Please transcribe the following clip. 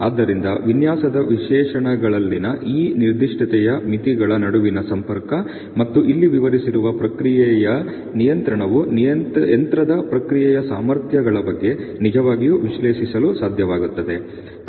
ಆದ್ದರಿಂದ ವಿನ್ಯಾಸದ ವಿಶೇಷಣಗಳಲ್ಲಿನ ಈ ನಿರ್ದಿಷ್ಟತೆಯ ಮಿತಿಗಳ ನಡುವಿನ ಸಂಪರ್ಕ ಮತ್ತು ಇಲ್ಲಿ ವಿವರಿಸಿರುವ ಪ್ರಕ್ರಿಯೆ ನಿಯಂತ್ರಣವು ಯಂತ್ರದ ಪ್ರಕ್ರಿಯೆಯ ಸಾಮರ್ಥ್ಯಗಳ ಬಗ್ಗೆ ನಿಜವಾಗಿಯೂ ವಿಶ್ಲೇಷಿಸಲು ಸಾಧ್ಯವಾಗುತ್ತದೆ